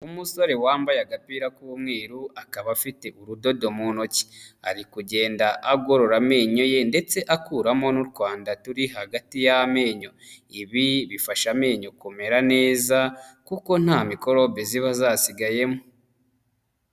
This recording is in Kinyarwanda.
Umusore wambaye agapira k'umweru akaba afite urudodo mu ntoki ari kugenda agorora amenyo ye ndetse akuramo n'utwanda turi hagati y'amenyo, ibi bifasha amenyo kumera neza kuko ntamikorobe ziba zasigayemo.